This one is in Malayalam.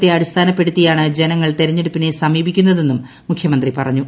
അനുഭവത്തെ അടിസ്ഥാനപ്പെടുത്തിയാണ് ജനങ്ങൾ തെരഞ്ഞെടുപ്പിനെ സമീപിക്കുന്നതെന്നും മുഖ്യമന്ത്രി പറഞ്ഞു